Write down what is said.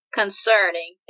concerning